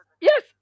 Yes